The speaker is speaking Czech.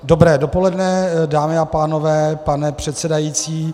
Dobré dopoledne, dámy a pánové, pane předsedající.